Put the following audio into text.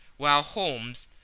while holmes,